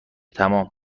تمام